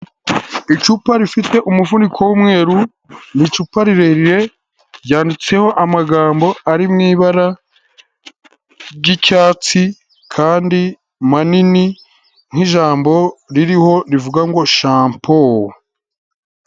Icupa rifite umufuduko w'umweru ni icupa rirerire ryanditseho amagambo ari mu ibara ry'icyatsi kandi manini nk'ijambo ririho rivuga ngo shampo.